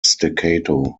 staccato